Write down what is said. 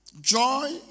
joy